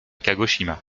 kagoshima